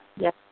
Yes